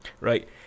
right